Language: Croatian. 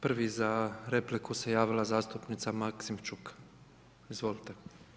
Prvi za repliku se javila zastupnica Maksimčuk, izvolite.